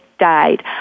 died